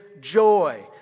joy